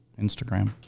Instagram